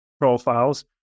profiles